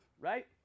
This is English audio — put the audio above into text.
Right